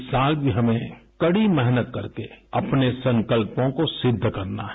इस साल भी हमें कड़ी मेहनत करके अपने संकल्पों को सिद्ध करना है